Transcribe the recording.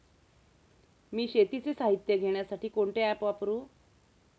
मी शेतीचे साहित्य घेण्यासाठी कोणते ॲप वापरु?